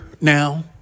now